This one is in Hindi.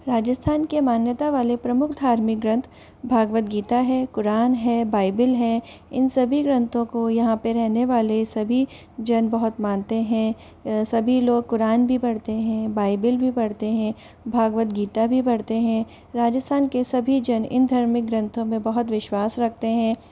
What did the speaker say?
राजस्थान के मान्यता वाले प्रमुख धार्मिक ग्रंथ भागवत गीता है क़ुरान है बाइबिल है इन सभी ग्रंथों को यहाँ पर रहने वाले सभी जन बहुत मानते हैं सभी लोग क़ुरान भी पढ़ते हैं बाइबिल भी पढ़ते हैं भागवत गीता भी पढ़ते हैं राजस्थान के सभी जन इन धर्मिक ग्रंथों में बहुत विश्वास रखते हैं